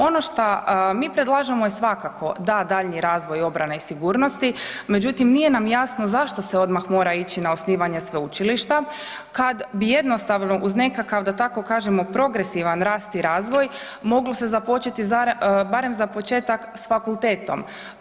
Ono šta mi predlažemo je svakako da, daljnji razvoj obrane i sigurnosti međutim nije nam jasno zašto se odmah mora ići na osnivanje sveučilišta kad jednostavno uz nekakav da tako kažemo, progresivan rast i razvoj, moglo se započeti barem za početak sa fakultetom.